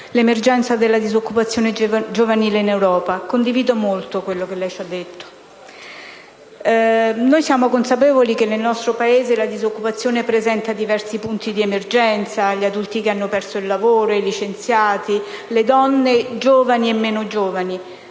l'emergenza della disoccupazione giovanile in Europa. Condivido molto quello che ci ha detto, signor Presidente. Siamo consapevoli che nel nostro Paese la disoccupazione presenta diversi punti di emergenza: gli adulti che hanno perso il lavoro, i licenziati o le donne, giovani e meno giovani.